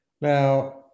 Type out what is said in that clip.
Now